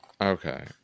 okay